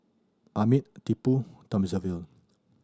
Amit Tipu Thamizhavel